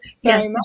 Yes